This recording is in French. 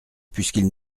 puisqu’ils